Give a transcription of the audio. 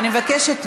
אני מבקשת.